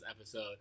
episode